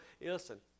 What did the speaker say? listen